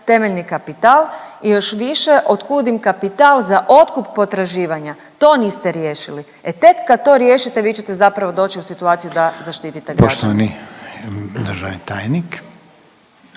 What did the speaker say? temeljni kapital i još više otkud im kapital za otkup potraživanja. To niste riješili. E tek kad to riješite vi ćete zapravo doći u situaciju da zaštite građane.